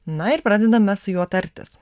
na ir pradedam mes su juo tartis